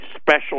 special